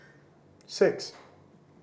six